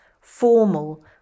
formal